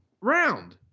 round